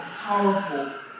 powerful